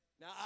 Now